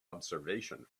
observation